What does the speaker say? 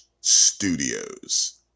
Studios